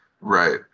Right